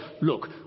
look